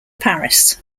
paris